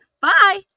Bye